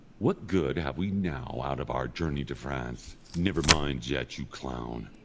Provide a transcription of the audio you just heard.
what good have we now out of our journey to france? never mind yet, you clown,